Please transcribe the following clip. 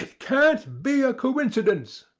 can't be a coincidence,